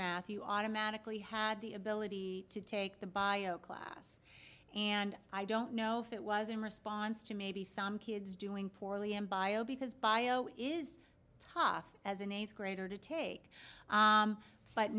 you automatically had the ability to take the bio class and i don't know if it was in response to maybe some kids doing poorly in bio because bio is tough as an eighth grader to take